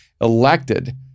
elected